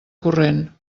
corrent